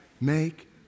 Make